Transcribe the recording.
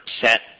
set